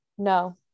No